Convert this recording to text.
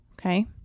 Okay